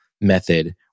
method